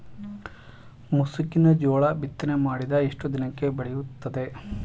ಮುಸುಕಿನ ಜೋಳ ಬಿತ್ತನೆ ಮಾಡಿದ ಎಷ್ಟು ದಿನಕ್ಕೆ ಬೆಳೆಯುತ್ತದೆ?